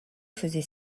faisait